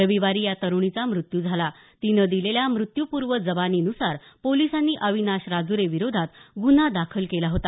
रविवारी या तरुणीचा मृत्यू झाला तिनं दिलेल्या मृत्यूपूर्वे जबानीन्सार पोलिसांनी अविनाश राजुरेविरोधात गुन्हा दाखल केला होता